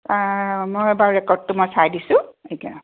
মই বাৰু ৰেকৰ্ডটো মই চাই দিছোঁ এতিয়া